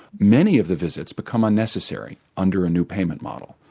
many of the visits become unnecessary under a new payment model,